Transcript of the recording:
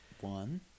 One